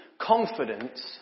confidence